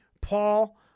paul